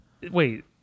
Wait